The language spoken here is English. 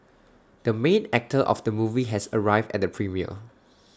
the main actor of the movie has arrived at the premiere